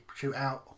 shootout